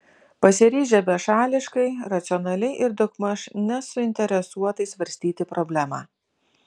pasiryžę bešališkai racionaliai ir daugmaž nesuinteresuotai svarstyti problemą